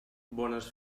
bones